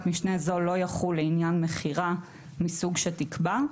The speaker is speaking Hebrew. משנה זו לא יחול לעניין מכירה מסוג שתקבע,